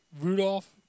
Rudolph